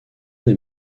des